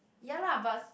ya lah but s~